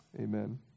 Amen